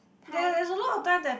thigh